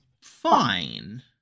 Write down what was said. fine